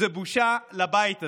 זה בושה לבית הזה.